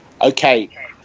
Okay